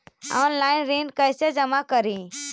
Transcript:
Online ऋण कैसे जमा करी?